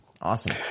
awesome